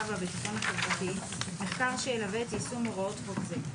והביטחון החברתי מחקר שילווה את יישום הוראות חוק זה,